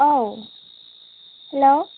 औ हेलौ